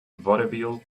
vaudeville